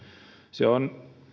se on